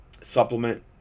supplement